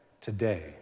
today